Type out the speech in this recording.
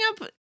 up